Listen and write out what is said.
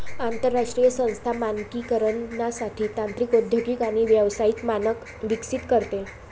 आंतरराष्ट्रीय संस्था मानकीकरणासाठी तांत्रिक औद्योगिक आणि व्यावसायिक मानक विकसित करते